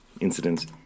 incidents